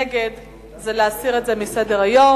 נגד זה להסיר מסדר-היום.